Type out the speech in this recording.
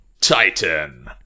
titan